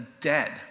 dead